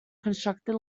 constructed